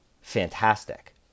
fantastic